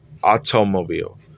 automobile